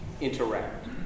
interact